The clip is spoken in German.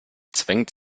zwängt